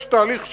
יש תהליך שלם,